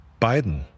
Biden